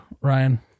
Ryan